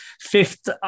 fifth